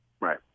Right